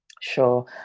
Sure